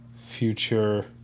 future